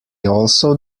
also